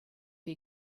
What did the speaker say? few